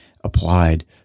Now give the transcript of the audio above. applied